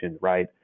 right